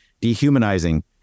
dehumanizing